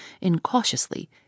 incautiously